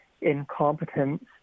incompetence